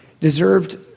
deserved